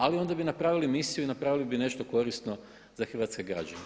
Ali onda bi napravili misiju i napravili bi nešto korisno za hrvatske građane.